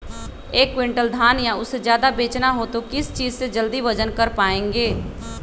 एक क्विंटल धान या उससे ज्यादा बेचना हो तो किस चीज से जल्दी वजन कर पायेंगे?